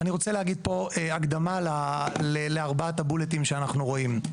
אני רוצה להגיד פה הקדמה לארבעת הבולטים שאנחנו רואים במצגת.